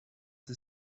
the